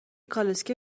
کالسکه